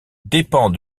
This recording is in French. dépend